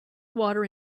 water